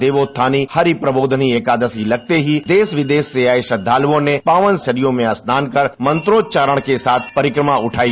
देवोत्थानी हरिप्रबोधनी एकादशी लगते ही देश विदेश से आये श्रद्दालुओं ने पावनसलिला सरयू में स्नान कर मंत्रोच्चारण के साथ परिक्रमा उगई